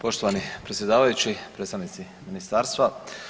Poštovani predsjedavajući, predstavnici ministarstva.